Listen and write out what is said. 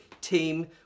Team